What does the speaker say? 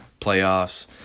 Playoffs